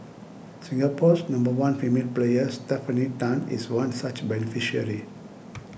Singapore's number one female player Stefanie Tan is one such beneficiary